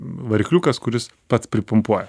varikliukas kuris pats pripumpuoja